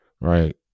right